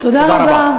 תודה רבה.